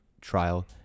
trial